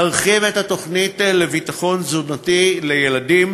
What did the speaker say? נרחיב את התוכנית לביטחון תזונתי לילדים